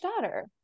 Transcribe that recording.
daughter